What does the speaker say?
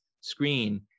screen